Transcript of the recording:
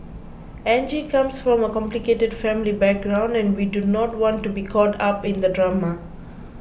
Angie comes from a complicated family background and we do not want to be caught up in the drama